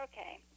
Okay